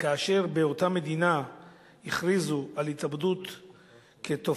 כאשר באותה מדינה הכריזו על התאבדות כתופעה,